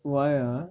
why ah